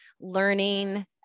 learning